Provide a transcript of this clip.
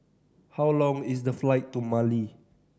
how long is the flight to Mali